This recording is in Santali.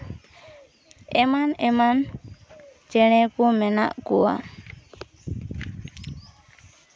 ᱮᱢᱟᱱ ᱮᱢᱟᱱ ᱪᱮᱬᱮ ᱠᱚ ᱢᱮᱱᱟᱜ ᱠᱚᱣᱟ